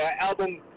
album